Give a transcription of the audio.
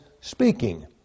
speaking